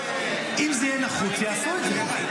אם זה יהיה נחוץ, יעשו את זה.